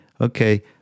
Okay